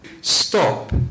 Stop